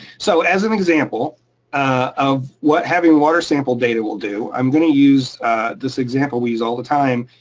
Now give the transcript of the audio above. so as an example of what having water sample data will do, i'm gonna use this example we use all the time.